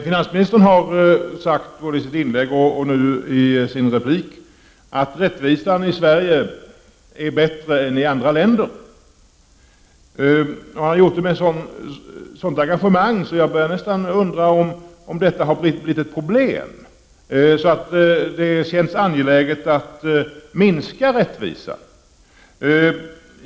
Finansministern har sagt, både i sitt huvudanförande och i sin replik, att rättvisan i Sverige är bättre än i andra länder. Han gjorde det med sådant engagemang att jag nästan börjar undra om det har blivit ett litet problem, så att det känns angeläget att minska denna rättvisa.